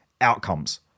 outcomes